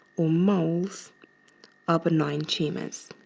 moles are benign tumors.